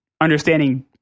understanding